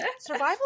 Survival